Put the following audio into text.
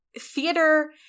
theater